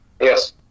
Yes